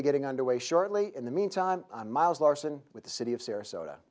be getting underway shortly in the meantime i'm miles larson with the city of sarasota